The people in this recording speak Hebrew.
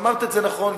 ואמרת את זה נכון,